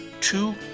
two